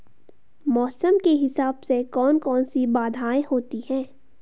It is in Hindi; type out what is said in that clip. मौसम के हिसाब से कौन कौन सी बाधाएं होती हैं?